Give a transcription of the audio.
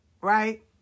right